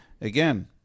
again